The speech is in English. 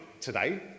today